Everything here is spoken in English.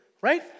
right